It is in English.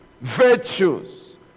virtues